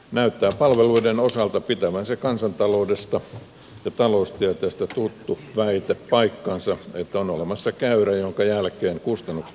näyttää palveluiden osalta pitävän se kansantaloudesta ja taloustieteestä tuttu väite paikkansa että on olemassa käyrä jonka jälkeen kustannukset ryhtyvät nousemaan